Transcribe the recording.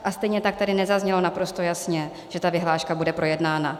A stejně tak tady nezaznělo naprosto jasně, že ta vyhláška bude projednána.